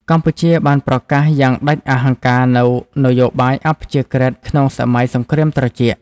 កម្ពុជាបានប្រកាសយ៉ាងដាច់អហង្ការនូវ "នយោបាយអព្យាក្រឹត" ក្នុងសម័យសង្គ្រាមត្រជាក់។